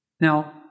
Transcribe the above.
Now